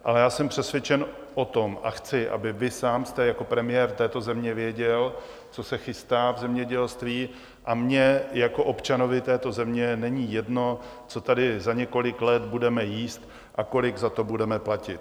Ale já jsem přesvědčen o tom, a chci, aby vy sám jste jako premiér této země věděl, co se chystá v zemědělství, a mně jako občanovi této země není jedno, co tady za několik let budeme jíst a kolik za to budeme platit.